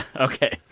ok.